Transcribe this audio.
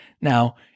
now